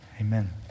Amen